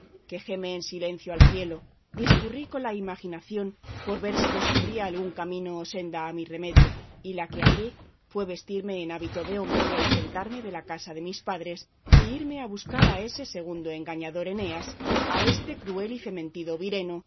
quejéme en silencio al cielo discurrí con la imaginación por ver si descubría algún camino o senda a mi remedio y la que hallé fue vestirme en hábito de hombre y ausentarme de la casa de mis padres y irme a buscar a este segundo engañador eneas a este cruel y fementido vireno